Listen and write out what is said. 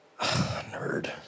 Nerd